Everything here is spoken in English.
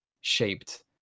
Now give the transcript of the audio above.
shaped